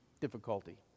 difficulty